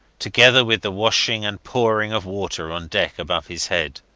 together with the washing and pouring of water on deck above his head.